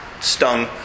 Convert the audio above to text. stung